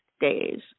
days